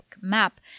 map